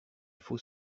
faut